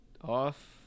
off